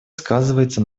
сказывается